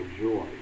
joy